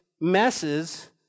messes